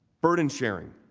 burden sharing.